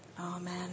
Amen